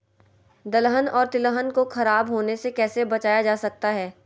दलहन और तिलहन को खराब होने से कैसे बचाया जा सकता है?